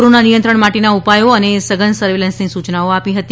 corona નિયંત્રણ માટેના ઉપાયો અને સઘન સર્વેલન્સની સૂચનાઓ આપી હતી